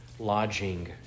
Lodging